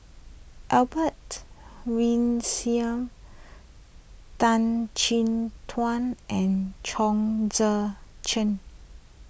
Albert Tan Chin Tuan and Chong Tze Chien